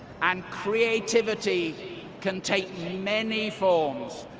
and creativity can take many forms.